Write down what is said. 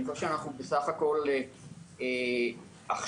אני חושב שאנחנו בסך הכל מנסים עכשיו